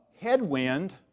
headwind